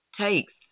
takes